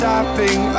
Stopping